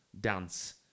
dance